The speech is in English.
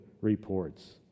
reports